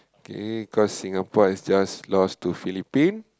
okay cause Singapore is just lost to Phillipines